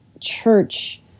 church